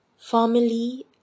Family